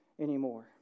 anymore